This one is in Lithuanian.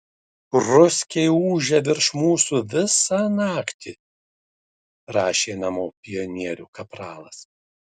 ruskiai ūžia virš mūsų visą naktį rašė namo pionierių kapralas